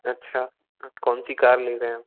अच्छा आप कौनसी कार ले रहे हैं